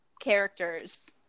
characters